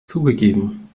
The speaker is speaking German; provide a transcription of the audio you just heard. zugegeben